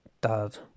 dad